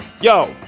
Yo